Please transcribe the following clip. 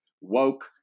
woke